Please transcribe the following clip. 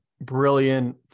brilliant